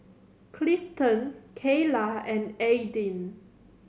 Clifton Kayla and Aidyn